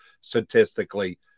statistically